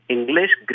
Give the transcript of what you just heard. English